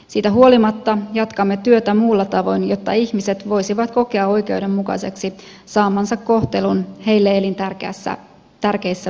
siitä huolimatta jatkamme työtä muulla tavoin jotta ihmiset voisivat kokea oikeudenmukaiseksi saamansa kohtelun heille elintärkeissä päätöksissä